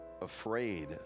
afraid